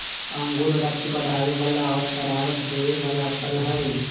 अंगूर रक्त बढ़ावे वाला और तरावट देवे वाला फल हई